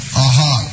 aha